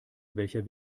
welcher